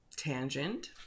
tangent